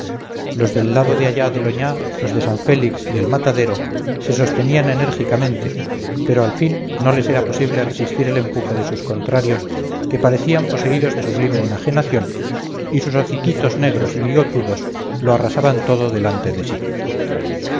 los del lado allá del oñá los de san félix y el matadero se sostenían enérgicamente pero al fin no les era posible resistir el empuje de sus contrarios que parecían poseídos de sublime enajenación y sus hociquitos negros y bigotudos lo arrasaban todo delante de sí